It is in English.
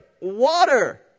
water